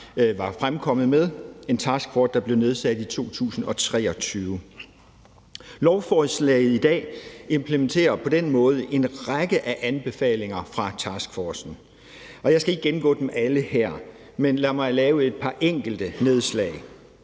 var fremkommet med – en taskforce, der blev nedsat i 2023. Lovforslaget i dag implementerer på den måde en række anbefalinger fra taskforcen, og jeg skal ikke gennemgå dem alle her, men lad mig lave et par enkelte nedslag.